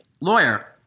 lawyer